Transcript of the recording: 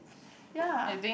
ya